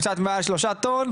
הם קצת יותר משלושה טוב,